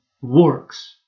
works